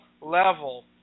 level